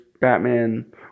Batman